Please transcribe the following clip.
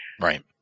right